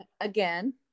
again